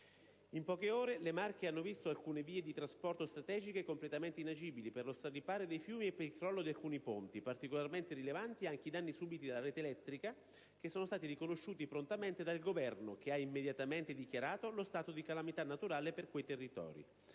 In poche ore le Marche hanno visto alcune vie di trasporto strategiche completamente inagibili per lo straripare dei fiumi e il crollo di alcuni ponti. Particolarmente rilevanti anche i danni subiti dalla rete elettrica, che sono stati riconosciuti prontamente dal Governo, che ha immediatamente dichiarato lo stato di calamità naturale per quei territori.